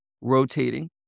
rotating